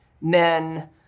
men